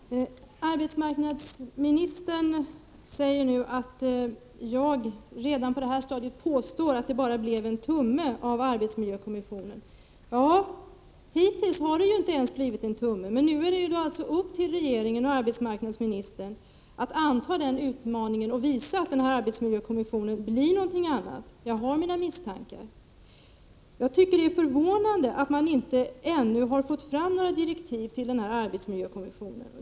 Herr talman! Arbetsmarknadsministern är förvånad över att jag redan på det här stadiet påstår att det bara blev en tumme av arbetsmiljökommissionen. Hittills har det ju inte ens blivit en tumme. Men nu är det regeringens och arbetsmarknadsministerns sak att anta den utmaningen och visa att den här arbetsmiljökommissionen blir någonting annat. Men jag har mina misstankar. Jag tycker att det är förvånande att man ännu inte fått fram några direktiv för arbetsmiljökommissionen.